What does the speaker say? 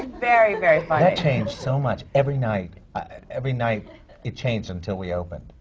very, very funny. that changed so much. every night every night it changed until we opened.